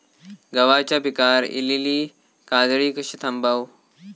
गव्हाच्या पिकार इलीली काजळी कशी थांबव?